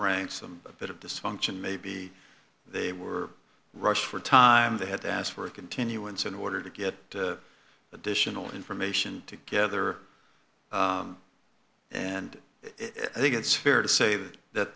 ranks and a bit of dysfunction maybe they were rushed for time they had to ask for a continuance in order to get additional information together and i think it's fair to say that